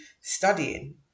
studying